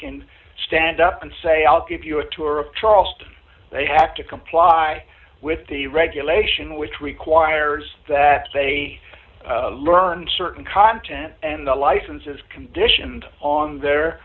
can stand up and say i'll give you a tour of charleston they have to comply with the regulation which requires that they learn certain content and the license is conditioned on their